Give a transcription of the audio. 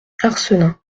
arcenant